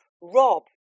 Rob